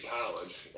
college